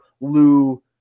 Lou